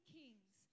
kings